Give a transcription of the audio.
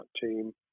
team